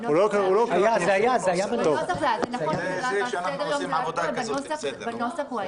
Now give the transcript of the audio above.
נכון שזה לא היה בסדר-היום, אבל בנוסח הוא היה.